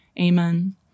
Amen